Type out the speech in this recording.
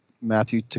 Matthew